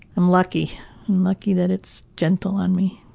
i'm lucky lucky that it's gentle on me.